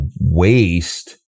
waste